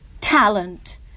talent